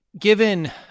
Given